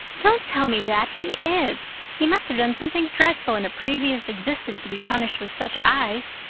don't tell me that! he is! he must have done something dreadful in a previous existence to be punished with such eyes.